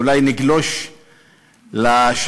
אולי נגלוש לשבת?